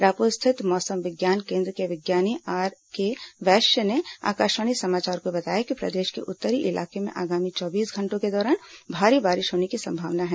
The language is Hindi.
रायपुर स्थित मौसम विज्ञान केन्द्र के विज्ञानी आरके वैश्य ने आकाशवाणी समाचार को बताया कि प्रदेश के उत्तरी इलाके में आगामी चौबीस घंटों के दौरान भारी बारिश होने की संभावना है